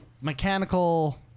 mechanical